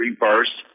reverse